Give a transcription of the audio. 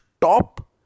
Top